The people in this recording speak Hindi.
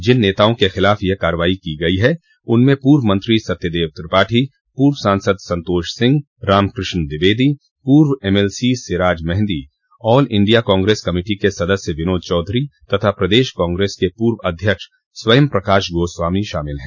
जिन नेताओं के खिलाफ यह कार्रवाई की गयी है उनमें पूर्व मंत्री सत्यदेव त्रिपाठी पूर्व सांसद संतोष सिंह रामकृष्ण द्विवेदी पूर्व MLC Siraj Mehdi all India Congress committee के सदस्य विनोद चौधरी तथा प्रदेश कांग्रेस के पूर्व अध्यक्ष स्वयं प्रकाश गोस्वामी शामिल हैं